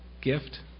gift